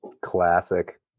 Classic